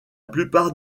plupart